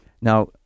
now